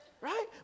right